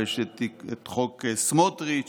ויש חוק סמוטריץ'